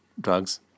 drugs